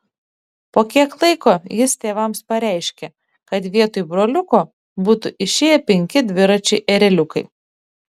po kiek laiko jis tėvams pareiškė kad vietoj broliuko būtų išėję penki dviračiai ereliukai